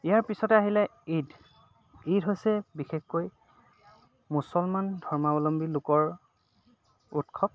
ইয়াৰ পিছতে আহিলে ঈদ ঈদ হৈছে বিশেষকৈ মুছলমান ধৰ্মাৱলম্বী লোকৰ উৎসৱ